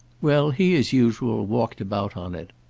well, he as usual walked about on it.